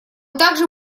также